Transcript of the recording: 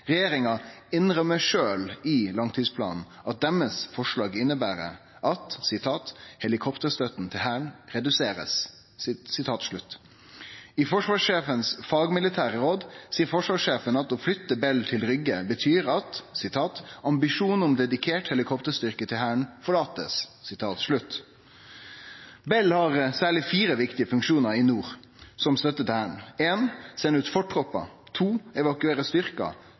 Regjeringa innrømmer sjølv i langtidsplanen at forslaga deira inneber at helikopterstøtta til Hæren blir redusert. I forsvarssjefens fagmilitære råd seier forsvarssjefen at å flytte Bell til Rygge betyr at ambisjonen om dedikert helikopterstyrke til Hæren blir forlatt. Bell har særleg fire viktige funksjonar i nord, som støtte til hæren: Sende ut fortroppar Evakuere styrkar